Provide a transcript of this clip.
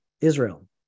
Israel